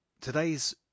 Today's